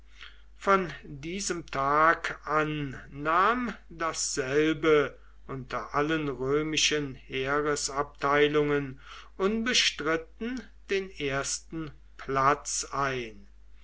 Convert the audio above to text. von diesem tag an nahm dasselbe unter allen römischen heeresabteilungen unbestritten den ersten platz ein